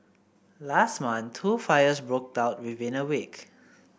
last month two fires broke out within a week